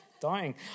dying